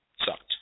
sucked